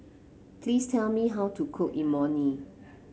please tell me how to cook Imoni